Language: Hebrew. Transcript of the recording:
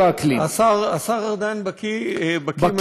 השר ארדן בקי מאוד בנושא.